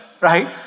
right